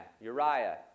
Uriah